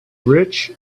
rich